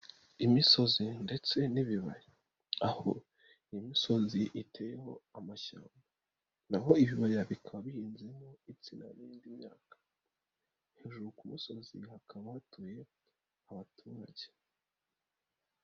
Imisozi ndetse n'ibibaya aho imisozi iteyeho amashyamba naho ibibaya bikaba bihinzemo insina n'indi myaka hejuru ku musozi hakaba hatuye abaturage.